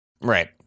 Right